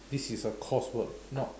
this is a course work not